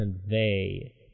convey